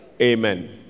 Amen